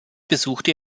besuchte